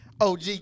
og